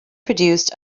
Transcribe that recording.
produced